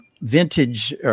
vintage